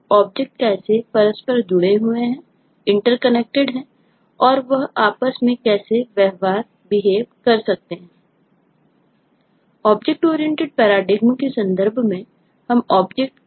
object oriented paradigm है